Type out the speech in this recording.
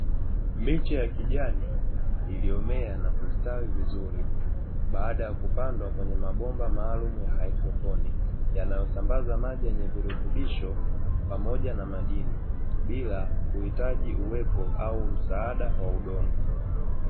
Miche ya kijani iliyomea na kustawi vizuri baada ya kupandwa kwenye mabomba maalumu ya haidroponi, yanayosambaza maji yenye virutubisho pamoja na madini bila ya kuhitaji uwepo au msaada wa udongo.